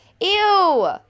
Ew